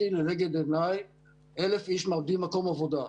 לנגד עיניי 1,000 איש מאבדים מקום עבודה.